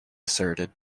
asserted